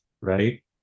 Right